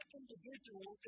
individual